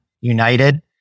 United